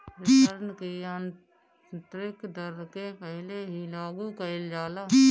return की आतंरिक दर के पहिले ही लागू कईल जाला